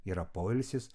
yra poilsis